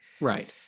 Right